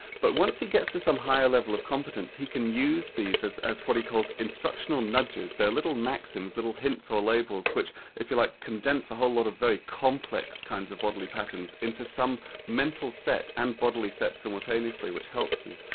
but once he gets to some higher level of competence he can use these as as what he calls instructional nudges. they're little maxims, little hints or labels, which if you like, condense a whole lot of very complex kinds of bodily patterns into some mental set and bodily set simultaneously, which helps you.